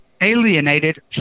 alienated